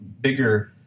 bigger